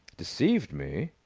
deceived me?